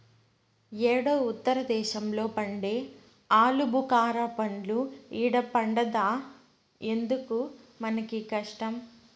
యేడో ఉత్తర దేశంలో పండే ఆలుబుకారా పండ్లు ఈడ పండద్దా ఎందుకు మనకీ కష్టం